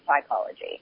psychology